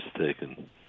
taken